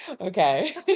okay